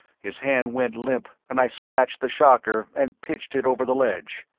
his hand went limp and i snatched the shocker and pitched it over the ledge.